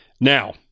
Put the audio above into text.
Now